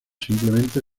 simplemente